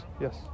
Yes